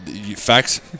Facts